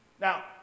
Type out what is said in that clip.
Now